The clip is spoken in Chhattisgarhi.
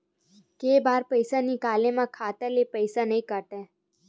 के बार पईसा निकले मा खाता ले पईसा नई काटे?